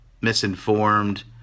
misinformed